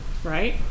right